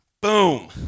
boom